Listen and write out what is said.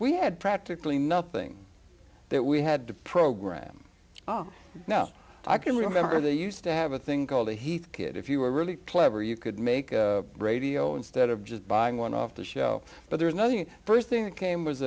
we had practically nothing that we had to program oh now i can remember they used to have a thing called heathkit if you were really clever you could make a radio instead of just buying one off the show but there's another thing st thing that came